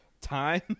time